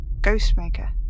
Ghostmaker